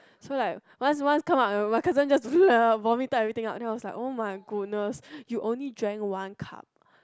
so like once once come out my cousin just do the vomit type everything out like oh-my-goodness you drank one cup